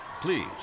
Please